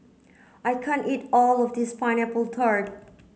I can't eat all of this pineapple tart